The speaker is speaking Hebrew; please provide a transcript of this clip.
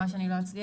לא.